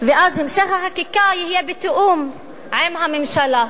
ואז המשך החקיקה יהיה בתיאום עם הממשלה,